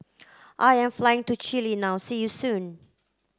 I am flying to Chile now see you soon